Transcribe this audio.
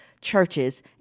churches